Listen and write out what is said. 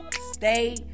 Stay